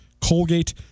Colgate